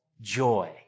joy